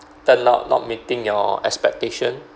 turned out not meeting your expectation